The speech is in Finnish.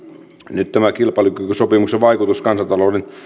nyt tämä kilpailukykysopimuksen vaikutus kansantalouden